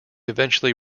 eventually